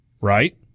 right